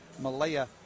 malaya